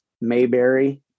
Mayberry